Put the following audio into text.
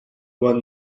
won